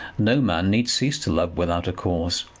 no man need cease to love without a cause.